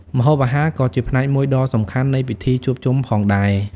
ម្ហូបអាហារក៏ជាផ្នែកមួយដ៏សំខាន់នៃពិធីជួបជុំផងដែរ។